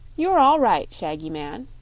you're all right, shaggy man,